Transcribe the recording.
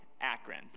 Akron